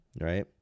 Right